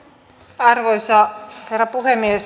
arvoisa herra puhemies